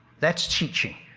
that's teaching.